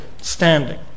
standing